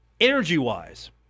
energy-wise